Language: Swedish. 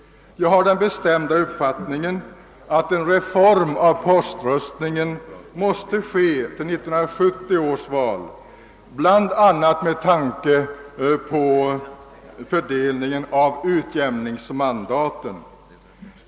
Jag har den bestämda uppfattningen, att en reform av poströstningen mäste ske till 1970 års val, bl.a. med tanke på fördelningen av utjämningsmandaten.